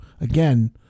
Again